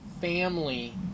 family